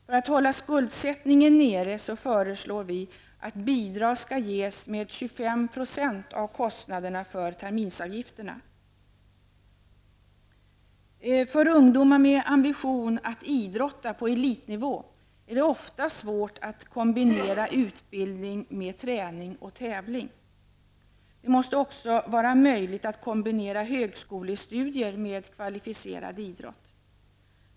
För att hålla skuldsättningen nere föreslår vi att bidrag skall ges med 25 % av kostnaderna för terminsavgifterna. För ungdomar med ambition att idrotta på elitnivå är det ofta svårt att kombinera utbildning med träning och tävling. Det måste också vara möjligt att kombinera höskolestudier med kvalificerad idrott.